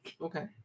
Okay